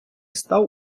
став